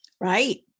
Right